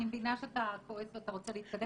אני מבינה שאתה כועס ואתה רוצה להתקדם.